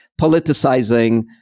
politicizing